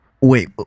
wait